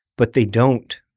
but they don't.